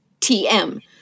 TM